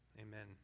amen